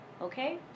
okay